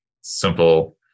simple